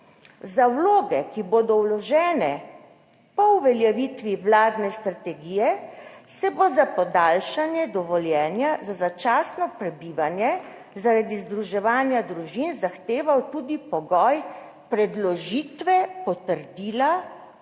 za vloge, ki bodo vložene po uveljavitvi vladne strategije, se bo za podaljšanje dovoljenja za začasno prebivanje zaradi združevanja družin zahteval tudi pogoj predložitve potrdila